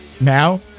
Now